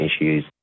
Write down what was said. issues